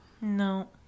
No